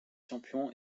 champion